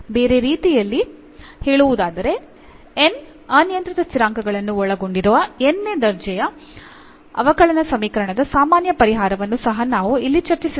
ಬೇರೆ ರೀತಿಯಲ್ಲಿ ಹೇಳುವುದಾದರೆ n ಅನಿಯಂತ್ರಿತ ಸ್ಥಿರಾಂಕಗಳನ್ನು ಒಳಗೊಂಡಿರುವ n ನೇ ದರ್ಜೆಯ ಅವಕಲನ ಸಮೀಕರಣದ ಸಾಮಾನ್ಯ ಪರಿಹಾರವನ್ನು ಸಹ ನಾವು ಇಲ್ಲಿ ಚರ್ಚಿಸಿದ್ದೇವೆ